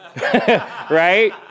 Right